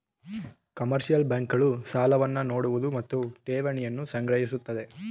commercial bank ಗಳು ಸಾಲವನ್ನು ನೋಡುವುದು ಮತ್ತು ಠೇವಣಿಯನ್ನು ಸಂಗ್ರಹಿಸುತ್ತದೆ